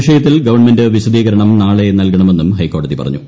വിഷയത്തിൽ ഗവൺമെന്റ് വിശദീകരണം നാളെ നൽകണമെന്നും ഹൈക്കോടതി പറഞ്ഞു